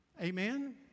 Amen